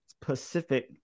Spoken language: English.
Pacific